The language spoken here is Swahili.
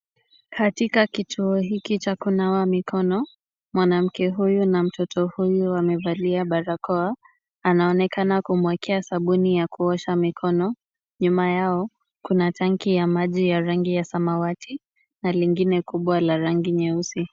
Katika kituo hiki cha kunawa mikono, mwanamke huyu na mtoto huyu wamevalia barakoa, anaonekana kumwekea sabuni ya kuosha mikono, nyuma yao, kuna tanki ya maji ya rangi ya samawati na lingine kubwa la rangi nyeusi.